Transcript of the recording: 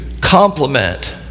complement